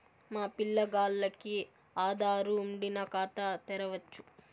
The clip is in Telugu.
మా పిల్లగాల్లకి ఆదారు వుండిన ఖాతా తెరవచ్చు